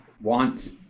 want